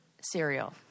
cereal